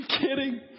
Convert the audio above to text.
kidding